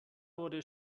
wurde